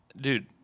Dude